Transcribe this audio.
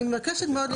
אני מבקשת מאוד.